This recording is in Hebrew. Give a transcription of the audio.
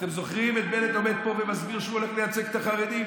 אתם זוכרים את בנט עומד פה ומסביר שהוא הולך לייצג את החרדים?